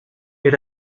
est